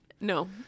No